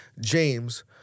James